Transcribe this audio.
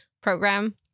program